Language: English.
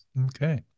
Okay